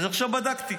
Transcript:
אז עכשיו בדקתי.